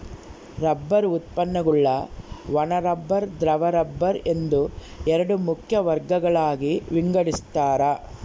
rubber ಉತ್ಪನ್ನಗುಳ್ನ ಒಣ rubber ದ್ರವ ರಬ್ಬರ್ ಎಂದು ಎರಡು ಮುಖ್ಯ ವರ್ಗಗಳಾಗಿ ವಿಂಗಡಿಸ್ತಾರ